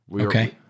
Okay